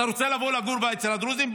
אתה רוצה לבוא לגור אצל הדרוזים?